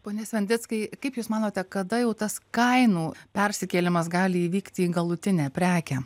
pone sventickai kaip jūs manote kada jau tas kainų persikėlimas gali įvykti į galutinę prekę